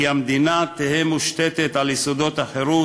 כי המדינה "תהא מושתתת על יסודות החירות,